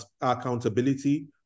accountability